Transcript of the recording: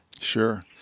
Sure